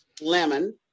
lemon